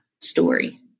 story